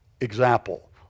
Example